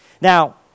Now